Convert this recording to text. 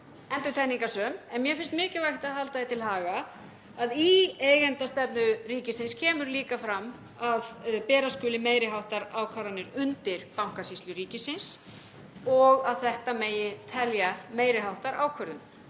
endurtekningarsöm en mér finnst mikilvægt að halda því til haga — að í eigendastefnu ríkisins kemur líka fram að bera skuli meiri háttar ákvarðanir undir Bankasýslu ríkisins og að þetta megi telja meiri háttar ákvörðun.